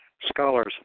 scholars